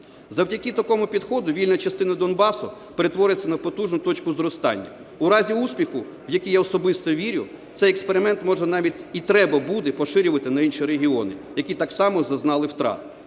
Завдяки такому підходу вільна частина Донбасу перетвориться на потужну точку зростання. В разі успіху, в який я особисто вірю, цей експеримент може навіть і треба буде поширювати на інші регіони, які так само зазнали втрат.